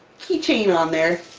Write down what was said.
key-chain on there,